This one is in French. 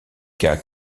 cas